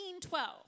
1912